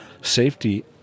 safety